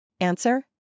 Answer